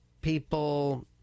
people